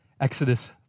Exodus